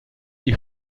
die